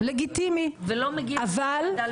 ולא מגיע לוועדה